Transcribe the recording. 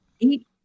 Eight